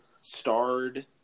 starred